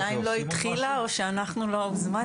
השאלה אם לא התחילה או שאנחנו לא הוזמנו,